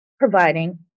providing